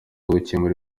gukemura